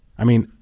i mean,